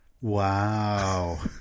Wow